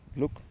look,